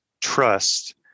trust